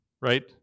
right